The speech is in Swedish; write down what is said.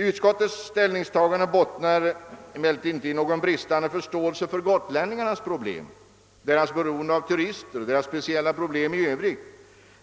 Utskottets ställningstagande bottnar emellertid inte i någon bristande förståelse för gotlänningarnas problem. De är naturligtvis beroende av turismen och deras speciella förhållanden i övrigt.